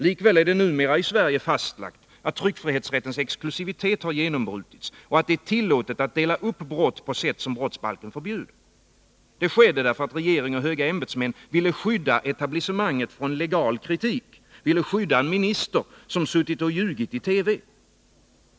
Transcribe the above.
Likväl är det numera i Sverige fastlagt, att tryckfrihetsrättens exklusivitet har genombrutits och att det är tillåtet att dela upp brott på sätt som brottsbalken förbjuder. Det skedde därför att regering och höga ämbetsmän ville skydda etablissemanget från legal kritik, ville skydda en minister som suttit och ljugit i TV.